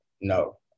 no